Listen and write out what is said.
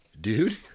dude